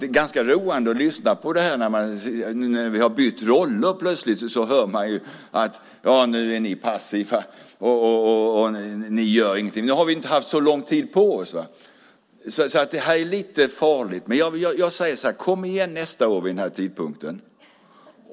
Det är ganska roande att lyssna på detta nu när vi har bytt roller och vi får höra: Nu är ni passiva och gör ingenting. Vi har inte haft så lång tid på oss. Kom igen nästa år vid den här tidpunkten.